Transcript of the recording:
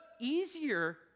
easier